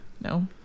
No